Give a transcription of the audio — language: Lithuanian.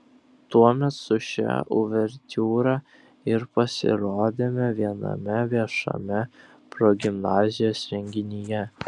tuomet su šia uvertiūra ir pasirodėme viename viešame progimnazijos renginyje